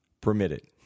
permitted